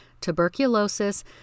tuberculosis